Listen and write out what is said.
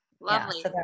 Lovely